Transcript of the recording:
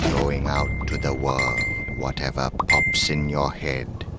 going out to the world whatever pops in your head.